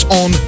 on